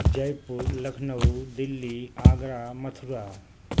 جے پور لکھنؤ دلی آگرہ متھھرا